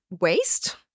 waste